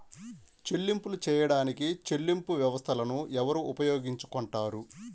చెల్లింపులు చేయడానికి చెల్లింపు వ్యవస్థలను ఎవరు ఉపయోగించుకొంటారు?